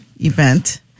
event